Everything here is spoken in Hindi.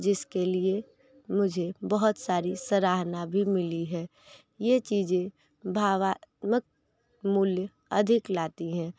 जिसके लिए मुझे बहुत सारी सराहना भी मिली है ये चीज़ें भावात्मक मूल्य अधिक लाती है